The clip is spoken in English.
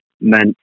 meant